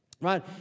Right